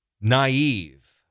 Naive